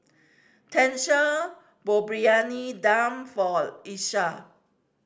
Tenisha bought Briyani Dum for Isiah